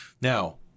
Now